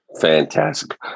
Fantastic